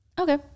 Okay